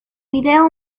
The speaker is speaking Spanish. video